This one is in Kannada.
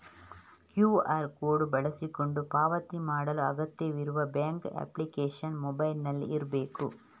ಕ್ಯೂಆರ್ ಕೋಡು ಬಳಸಿಕೊಂಡು ಪಾವತಿ ಮಾಡಲು ಅಗತ್ಯವಿರುವ ಬ್ಯಾಂಕ್ ಅಪ್ಲಿಕೇಶನ್ ಮೊಬೈಲಿನಲ್ಲಿ ಇರ್ಬೇಕು